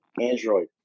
Android